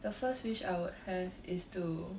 the first wish I would have is to